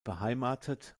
beheimatet